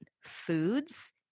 foods